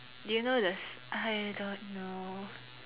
do you know the I don't know